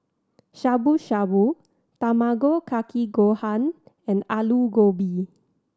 Shabu Shabu Tamago Kake Gohan and Alu Gobi